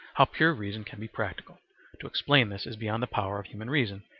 how pure reason can be practical to explain this is beyond the power of human reason,